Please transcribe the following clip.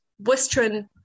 western